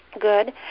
good